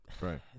Right